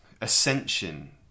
ascension